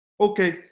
Okay